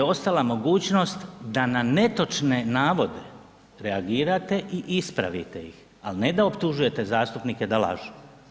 Vama je ostala mogućnost da na netočne navode reagirate i ispravite ih, ali ne da optužujete zastupnike da lažu.